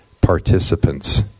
participants